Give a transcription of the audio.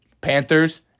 Panthers